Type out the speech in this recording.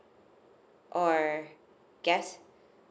or I gas